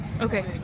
Okay